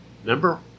remember